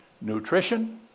nutrition